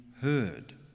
heard